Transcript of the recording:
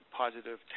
positive